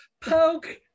poke